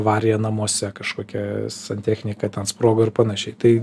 avarija namuose kažkokia santechnika ten sprogo ir panašiai tai